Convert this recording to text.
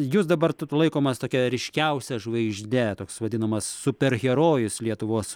jūs dabar t laikomas tokia ryškiausia žvaigžde toks vadinamas superherojus lietuvos